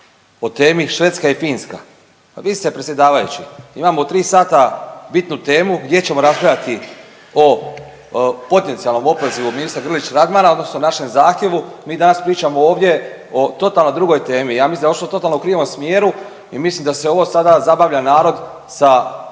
o temi Švedska i Finska, a vi ste predsjedavajući imam u 3 sata bitnu temu gdje ćemo raspravljati o potencijalnom opozivu ministra Grlić Radmana odnosno našem zahtjevu, mi danas pričamo ovdje o totalno drugoj temi. Ja mislim da je otišlo totalno u krivom smjeru i mislim da se ovo sada zabavlja narod sa